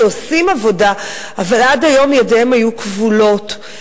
שעושים עבודה אבל עד היום ידיהם היו כבולות,